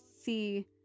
see